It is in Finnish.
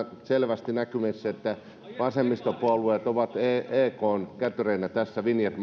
selvästi näkyvissä että vasemmistopuolueet ovat ekn kätyreinä näissä vinjet